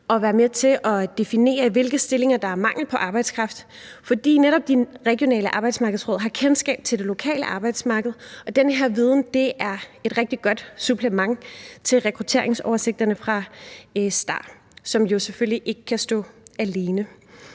og være med til at definere, i hvilke stillinger der er mangel på arbejdskraft, for netop de regionale arbejdsmarkedsråd har kendskab til det lokale arbejdsmarked, og den viden er et rigtig godt supplement til rekrutteringsoversigterne fra STAR, som jo selvfølgelig ikke kan stå alene.